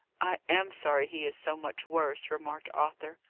i am sorry he is so much worse, remarked arthur.